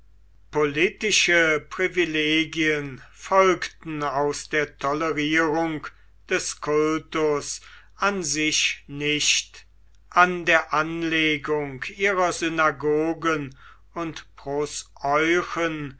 politische privilegien folgten aus der tolerierung des kultus an sich nicht an der anlegung ihrer synagogen und